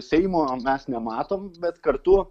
seimo mes nematom bet kartu